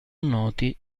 noti